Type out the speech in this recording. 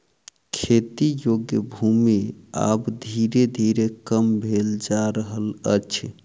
खेती योग्य भूमि आब धीरे धीरे कम भेल जा रहल अछि